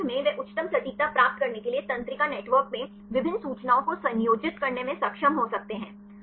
और अंत में वे उच्चतम सटीकता प्राप्त करने के लिए तंत्रिका नेटवर्क में विभिन्न सूचनाओं को संयोजित करने में सक्षम हो सकते हैं